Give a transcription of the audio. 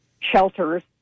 shelters